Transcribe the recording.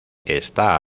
está